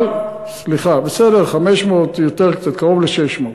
500. בסדר, 500. יותר, קצת, קרוב ל-600.